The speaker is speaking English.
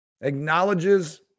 acknowledges